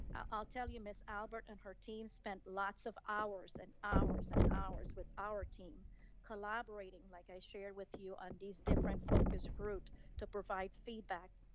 i'll tell you, ms. albert and her team spent lots of hours and hours and hours with our team collaborating like i shared with you on these different focus group to provide feedback.